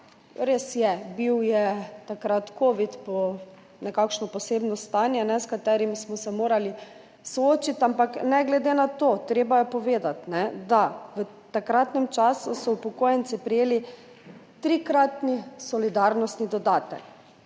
res je, takrat je bil covid, nekakšno posebno stanje, s katerim smo se morali soočiti, ampak ne glede na to je treba povedati, da so v takratnem času upokojenci prejeli trikratni solidarnostni dodatek,